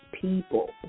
people